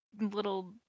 little